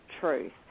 truth